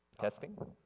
Testing